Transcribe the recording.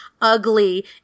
ugly